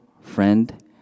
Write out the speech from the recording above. friend